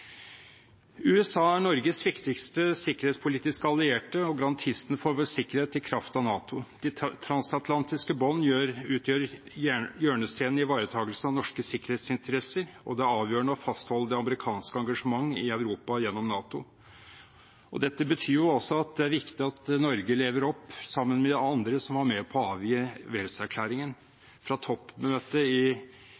USA er Norges viktigste sikkerhetspolitiske allierte og garantisten for vår sikkerhet i kraft av NATO. De transatlantiske bånd utgjør hjørnestenen i ivaretakelsen av norske sikkerhetsinteresser, og det er avgjørende å fastholde det amerikanske engasjement i Europa gjennom NATO. Dette betyr også at det er viktig at Norge lever opp til – sammen med de andre som var med på å avgi